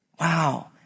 wow